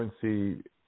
currency